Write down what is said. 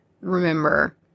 remember